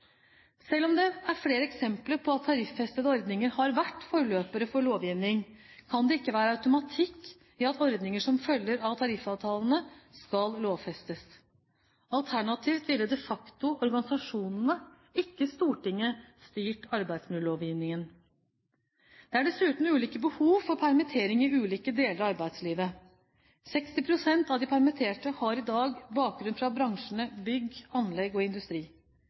Selv om det er flere eksempler på at tariffestede ordninger har vært forløpere for lovgivning, kan det ikke være automatikk i at ordninger som følger av tariffavtalene, skal lovfestes. Alternativt ville de facto organisasjonene, ikke Stortinget, styrt arbeidsmiljølovgivningen. Det er dessuten ulike behov for permittering i ulike deler av arbeidslivet. 60 pst. av de permitterte har i dag bakgrunn fra bransjene bygg, anlegg og industri.